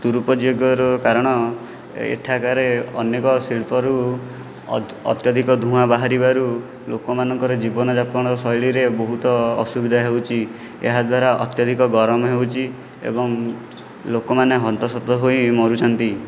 ଦୁରୁପଯୋଗର କାରଣ ଏଠାକାରେ ଅନେକ ଶିଳ୍ପରୁ ଅତ୍ୟଧିକ ଧୂଆଁ ବାହାରିବାରୁ ଲୋକମାନଙ୍କର ଜୀବନ ଯାପନ ଶୈଳୀରେ ବହୁତ ଅସୁବିଧା ହେଉଛି ଏହାଦ୍ୱାରା ଅତ୍ୟଧିକ ଗରମ ହେଉଛି ଏବଂ ଲୋକମାନେ ହନ୍ତସନ୍ତ ହୋଇ ମରୁଛନ୍ତି